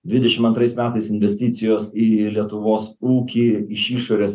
dvidešimt antrais metais investicijos į lietuvos ūkį iš išorės